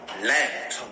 land